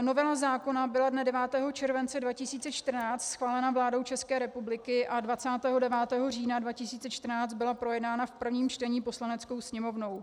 Novela zákona byla dne 9. července 2014 schválena vládou České republiky a 29. října 2014 byla projednána v prvním čtení Poslaneckou sněmovnou.